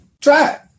Try